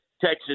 Texas